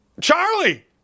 Charlie